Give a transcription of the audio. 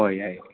ꯍꯣꯏ ꯌꯥꯏꯌꯦ